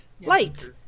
Light